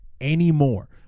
anymore